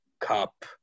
Cup